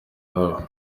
nawe